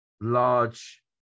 large